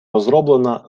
розроблена